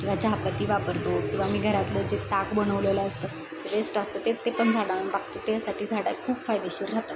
किंवा चहापत्ती वापरतो किंवा मी घरातलं जे ताक बनवलेलं असतं वेस्ट असतं ते ते पण झाडाना टाकतो त्यासाठी झाडं खूप फायदेशीर राहतात